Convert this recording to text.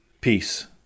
peace